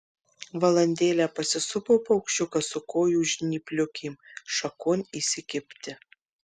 valandėlę pasisupo paukščiukas su kojų žnypliukėm šakon įsikibti